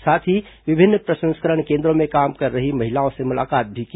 साथ ही विभिन्न प्रसंस्करण केन्द्रों में काम कर रही महिलाओं से मुलाकात भी की